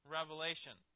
Revelation